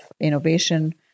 innovation